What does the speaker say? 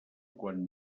quan